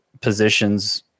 positions